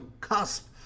cusp